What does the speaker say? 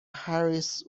harris